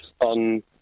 on